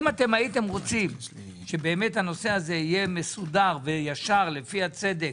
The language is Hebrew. לו הייתם רוצים שהנושא הזה יהיה באמת מסודר וישר ולפי הצדק,